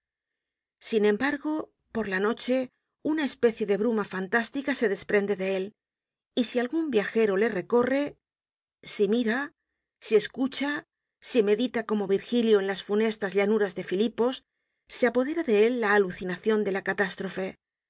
sin embargo por la noche una especie de bruma fantástica se desprende de él y si algun viajero le recorre si mira si escucha si medita como virgilio en las funestas llanuras de filipos se apoderá de él la alucinacion de la catástrofe